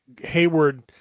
Hayward